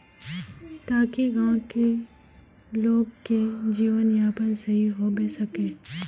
ताकि गाँव की लोग के जीवन यापन सही होबे सके?